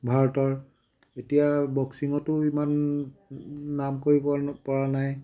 ভাৰতৰ এতিয়া বক্সিঙতো ইমান নাম কৰিব ন পৰা নাই